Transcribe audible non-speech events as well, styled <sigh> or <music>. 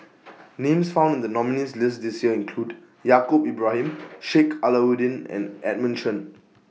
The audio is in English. <noise> Names found in The nominees' list This Year include Yaacob Ibrahim <noise> Sheik Alau'ddin and Edmund Chen